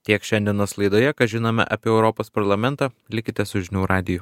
tiek šiandienos laidoje ką žinome apie europos parlamentą likite su žinių radiju